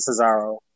Cesaro